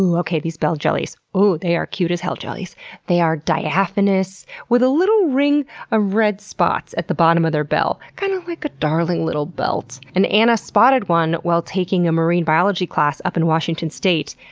and okay, these bell jellies, they are cute-as-hell-jellies. they are diaphanous with a little ring of red spots at the bottom of their bell, kind of like a darling little belt. and anna spotted one while taking a marine biology class up in washington state,